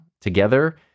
together